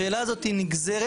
השאלה הזאת היא נגזרת